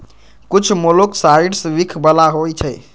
कुछ मोलॉक्साइड्स विख बला होइ छइ